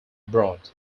abroad